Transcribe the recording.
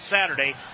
Saturday